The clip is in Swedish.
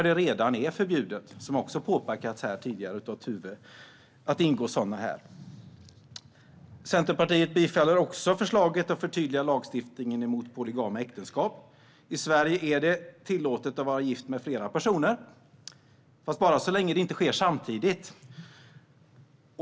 Det är ju redan, vilket Tuve tidigare påpekat, förbjudet att ingå sådana äktenskap här. Centerpartiet tillstyrker också förslaget att förtydliga lagstiftningen mot polygama äktenskap. I Sverige är det tillåtet att vara gift med flera personer, men bara så länge det inte sker samtidigt.